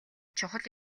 чухал